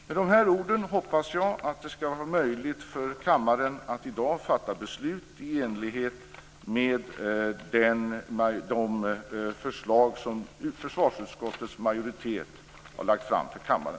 Med dessa ord hoppas jag att det skall vara möjligt för kammaren att i dag fatta beslut i enlighet med de förslag som försvarsutskottets majoritet har lagt fram för kammaren.